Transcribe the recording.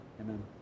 Amen